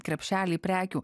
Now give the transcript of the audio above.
krepšelį prekių